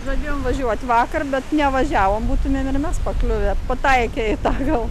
žadėjom važiuot vakar bet nevažiavom būtumėm ir mes pakliuvę pataikę į tą gal